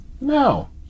No